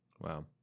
Wow